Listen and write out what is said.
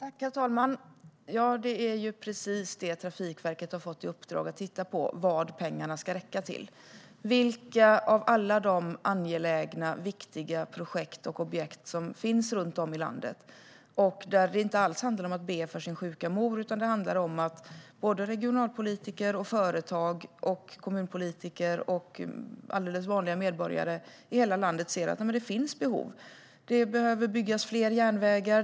Herr talman! Ja, det är precis det som Trafikverket har fått i uppdrag att titta på: Vad ska pengarna räcka till? Vilka av alla de angelägna och viktiga projekt och objekt som finns runt om i landet ska de räcka till? Det handlar inte alls om att be för sin sjuka mor, utan det handlar om att regionalpolitiker, företag, kommunpolitiker och alldeles vanliga medborgare i hela landet ser att det finns behov. Det behöver byggas fler järnvägar.